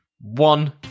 one